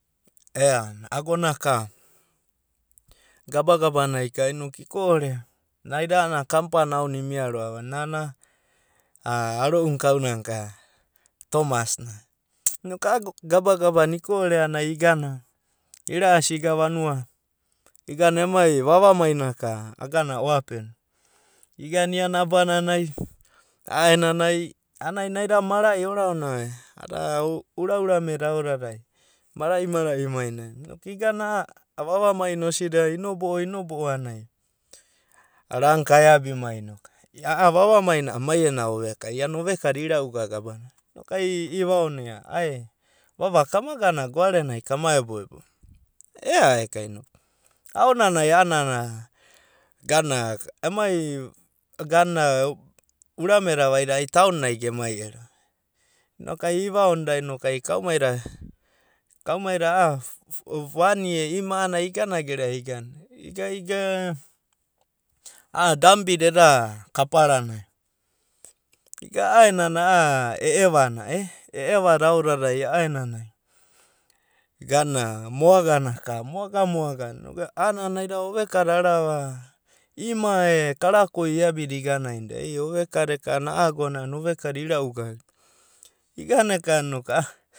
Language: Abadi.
Ea agona ka gabagaba nai ka inok iko'ore, naida a'ana kampa na aon imia ro'ava. Nana, aro'una kaunana ka thomas na. Inoku a'a gabagaba nai iko'ore a'anai igana ira'asi iga vanua na igana emai vavamai na ka aganana oape, igana iana abananai a'aenanai a'ana naida ai marai, oraonava e ada ura urameda aodadai, mara'i mara'i mainai. Igana a'a vavamaina osida inobo'o inobo'o a'anai rana ka eabimai. A'a vavamaina a'ana mai ena oveka inok ai iana ovekada ira'ugaga abananai. Inokai ivaonoa vava kama gana goarenai kama eboebo. Ea eka inok ai aonanai a'ana emai urameda vaida ai taonai gema ero, inokai ivaonoda inoku ai kaumaida a'a vani e ima a'anai igana gere'a igana, iga iga a'a dambi da eda kaparanai. Iga a'aenanai a'a e'eva e e'evada aodadai moagana ka moaga moagana a'ana naida ovekada arava ima e karakoi iabida igana ainida, oveka eka a'a agonai ana ovekada ira'u gaga. Igana eka inoku a'a thomas na ana.